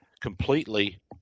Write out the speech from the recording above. completely